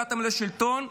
הגעתם לשלטון,